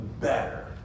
better